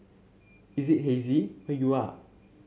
is it hazy where you are